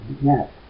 Yes